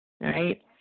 right